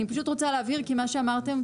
אני פשוט רוצה להבהיר כי מה שאמרתם,